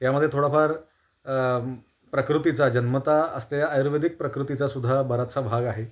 यामध्ये थोडाफार प्रकृतीचा जन्मतः असलेल्या आयुर्वेदिक प्रकृतीचासुद्धा बराचसा भाग आहे